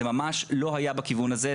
זה ממש לא היה בכיוון הזה,